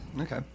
Okay